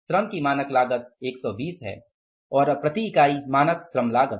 श्रम की मानक लागत 120 है और अब प्रति इकाई मानक श्रम लागत